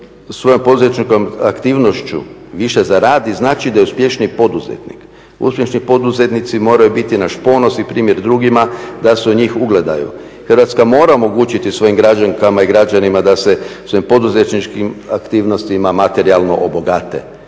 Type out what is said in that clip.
svojom poduzetničkom aktivnošću više zaradi znači da je uspješniji poduzetnik. Uspješni poduzetnici moraju biti naš ponos i primjer drugima da se u njih ugledaju. Hrvatska mora omogućiti svojim građankama i građanima da se svojim poduzetničkim aktivnostima materijalno obogate.